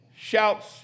shouts